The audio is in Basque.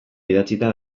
idatzita